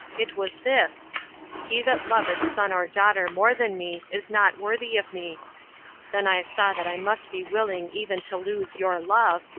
it was this he that loveth son or daughter more than me, is not worthy of me then i saw that i must be willing even to lose your love,